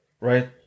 right